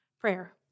prayer